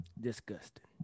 Disgusting